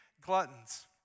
gluttons